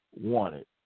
wanted